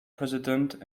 president